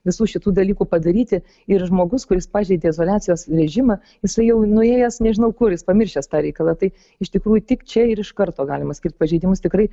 visų šitų dalykų padaryti ir žmogus kuris pažeidė izoliacijos režimą jisai jau nuėjęs nežinau kur jis pamiršęs tą reikalą tai iš tikrųjų tik čia ir iš karto galima skirt pažeidimus tikrai